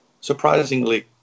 surprisingly